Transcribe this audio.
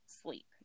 sleep